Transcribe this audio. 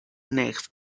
next